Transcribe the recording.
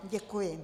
Děkuji.